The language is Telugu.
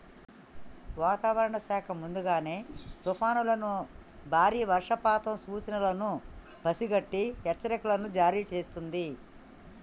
వాతావరణ శాఖ ముందుగానే తుఫానులను బారి వర్షపాత సూచనలను పసిగట్టి హెచ్చరికలను జారీ చేస్తుంది